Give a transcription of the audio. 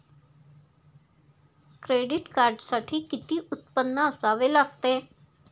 Credit कार्डसाठी किती उत्पन्न असावे लागते?